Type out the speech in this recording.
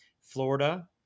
Florida